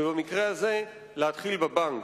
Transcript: ובמקרה הזה להתחיל בבנק.